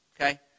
Okay